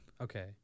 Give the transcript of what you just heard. Okay